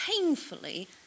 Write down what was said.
painfully